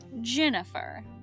jennifer